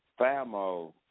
famo